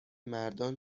مردان